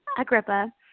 Agrippa